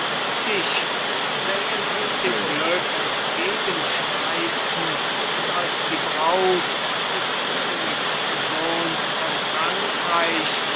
dich sähe sie dem glück engegenschreiten und als die braut des königssohns von frankreich